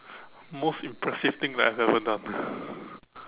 most impressive thing that I've ever done